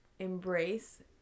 Embrace